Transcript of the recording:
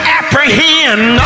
apprehend